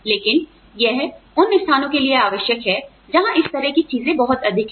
लेकिन यह उन स्थानों के लिए आवश्यक है जहां इस तरह की चीज बहुत अधिक है